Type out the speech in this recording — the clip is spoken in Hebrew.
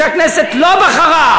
שהכנסת לא בחרה.